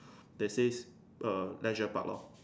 that says err Leisure Park lor